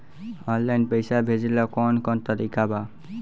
Online पइसा भेजेला कवन कवन तरीका बा?